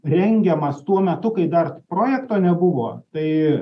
rengiamas tuo metu kai dar projekto nebuvo tai